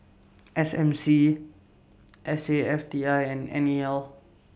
S M C S A F T I and N E L